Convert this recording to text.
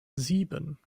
sieben